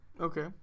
Okay